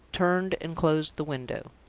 turned and closed the window.